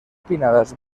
pinnadas